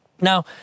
Now